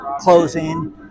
closing